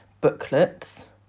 booklets